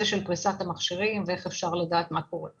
פריסת המכשירים ואיך אפשר לדעת מה קורה.